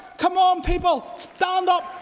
come on, people! stand up!